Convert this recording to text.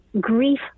grief